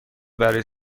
برای